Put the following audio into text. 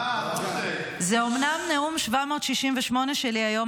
זה אומנם נאום 768 שלי היום,